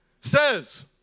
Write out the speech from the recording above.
says